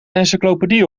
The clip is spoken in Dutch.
encyclopedie